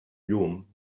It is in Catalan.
llum